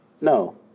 no